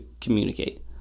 communicate